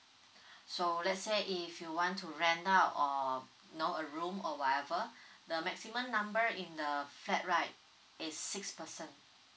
so let's say if you want to rent out or no a room or whatever the maximum number in the flat right is six person